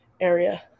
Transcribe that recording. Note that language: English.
area